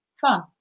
Fun